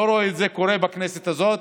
לא רואה את זה קורה בכנסת הזאת,